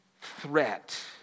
threat